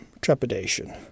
trepidation